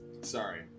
sorry